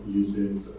uses